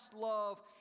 love